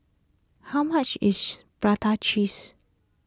how much is Prata Cheese